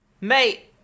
Mate